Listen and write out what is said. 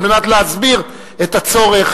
על מנת להסביר את הצורך,